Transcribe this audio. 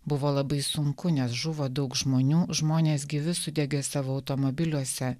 buvo labai sunku nes žuvo daug žmonių žmonės gyvi sudegė savo automobiliuose